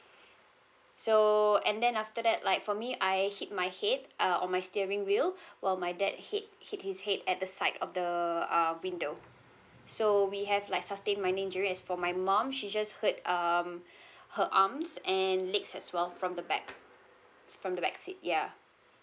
so and then after that like for me I hit my head uh on my steering wheel while my dad hit hit his head at the side of the uh window so we have like sustained minor injury as for my mum she just hurt um her arms and legs as well from the back from the back seat ya